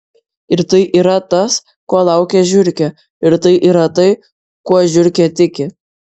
ir tai yra tas ko laukia žiurkė ir tai yra tai kuo žiurkė tiki